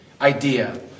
idea